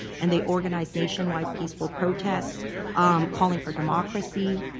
and they organized nationwide peaceful protests calling for democracy.